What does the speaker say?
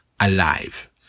alive